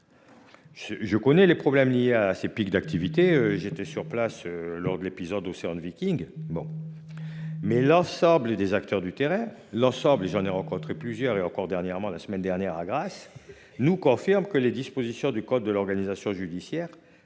je connais les problèmes liés à ces pics d'activité. J'étais sur place lors de l'épisode Océan Viking. Bon. Mais l'ensemble des acteurs du terrain. L'ensemble et j'en ai rencontré plusieurs et encore dernièrement la semaine dernière à Grasse nous confirme que les dispositions du code de l'organisation judiciaire